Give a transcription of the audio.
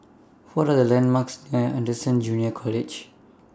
What Are The landmarks near Anderson Junior College